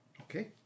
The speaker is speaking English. Okay